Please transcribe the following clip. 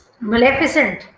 Maleficent